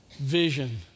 vision